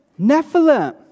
Nephilim